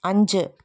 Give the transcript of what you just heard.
അഞ്ച്